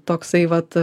toksai vat